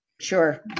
sure